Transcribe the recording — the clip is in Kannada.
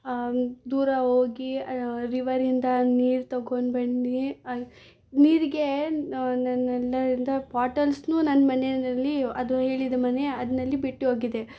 ದೂರ ಹೋಗಿ ರಿವರಿಂದ ನೀರು ತೊಗೊಂಡ್ಬಂದು ನೀರಿಗೆ ನಾನಲ್ಲ ಇಂದ ಬಾಟಲ್ಸನ್ನೂ ನಾನು ಮನೆಯಲ್ಲಿ ಅದು ಹೇಳಿದ ಮನೆ ಅದ್ನಲ್ಲಿ ಬಿಟ್ಟು ಹೋಗಿದ್ದೆ